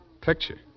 Picture